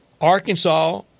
Arkansas